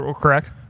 Correct